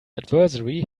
adversary